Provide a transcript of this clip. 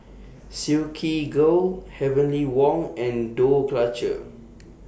Silkygirl Heavenly Wang and Dough Culture